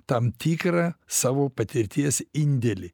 tam tikrą savo patirties indėlį